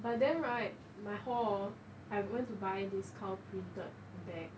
but then right my hall hor I went to buy this cow printed bag